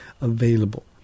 available